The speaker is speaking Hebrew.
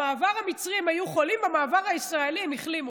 במעבר המצרי הם היו חולים ובמעבר הישראלי הם החלימו,